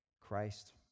Christ